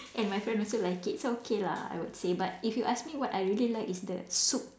and my friend also like it so okay lah I would say but if you ask me what I really like is the soup